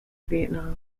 vietnam